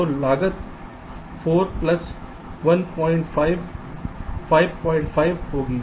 तो लागत 4 प्लस 15 55 होगी